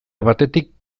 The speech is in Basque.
batetik